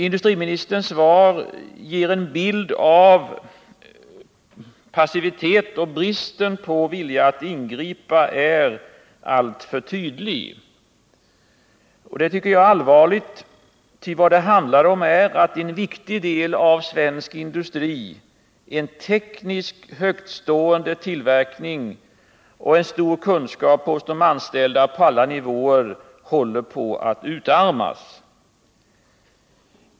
Industriministerns svar ger en bild av passivitet, och bristen på vilja att ingripa är alltför tydlig. Jag tycker att detta är allvarligt, ty vad det handlar om är att en viktig del av svensk industri, en tekniskt högtstående tillverkning och betydande kunskaper hos de anställda på alla nivåer håller på att utarmas.